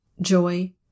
joy